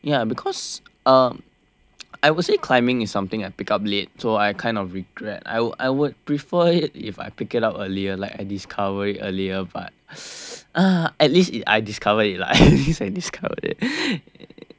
ya because um I would say climbing is something I pick up late so I kind of regret I would I would prefer it if I pick it up earlier like I discover it earlier but at least I discovered it lah it